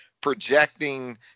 projecting